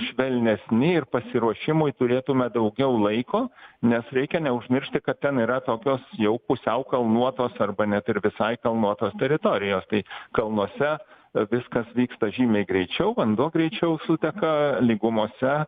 švelnesni ir pasiruošimui turėtume daugiau laiko nes reikia neužmiršti kad ten yra tokios jau pusiau kalnuotos arba net ir visai kalnuotos teritorijos tai kalnuose viskas vyksta žymiai greičiau vanduo greičiau suteka lygumose